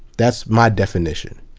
that's my definition.